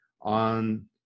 on